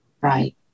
Right